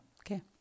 Okay